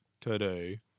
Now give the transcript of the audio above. today